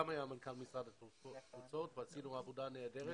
מנכ"ל משרד התפוצות ועשינו עבודה נהדרת.